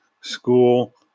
school